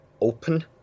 open